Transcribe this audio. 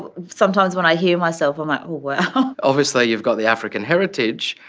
sometimes, when i hear myself, i'm like, oh wow. obviously, you've got the african heritage,